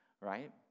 right